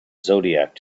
zodiac